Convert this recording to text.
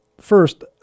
First